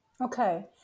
okay